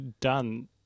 done